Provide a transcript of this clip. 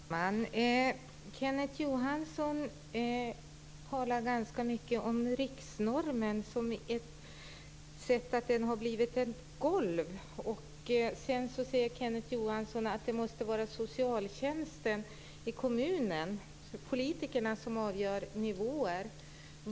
Fru talman! Kenneth Johansson talade ganska mycket om riksnormen, att den har blivit ett tak i stället för ett golv. Kenneth Johansson sade sedan att det måste vara socialtjänsten i kommunen och politikerna som avgör nivåer.